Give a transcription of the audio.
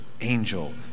angel